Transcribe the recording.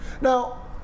now